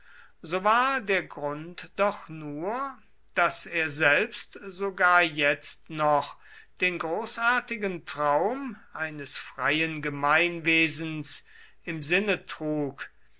so war der grund doch nur daß er selbst sogar jetzt noch den großartigen traum eines freien gemeinwesens im sinne trug